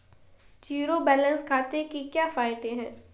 Zero balance खाते के क्या फायदे हैं?